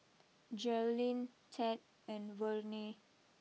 Jerilyn Ted and Verne